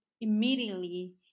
immediately